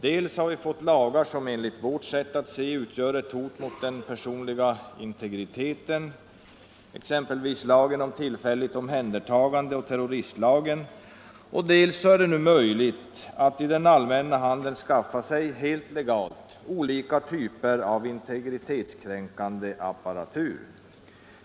Dels har vi fått lagar som enligt vårt sätt att se utgör ett hot mot den personliga integriteten, exempelvis lagen om tillfälligt omhändertagande och terroristlagen, dels är det nu möjligt att i den allmänna handeln skaffa sig — helt legalt — olika typer av integritetskränkande apparatur.